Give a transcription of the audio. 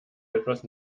etwas